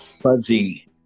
fuzzy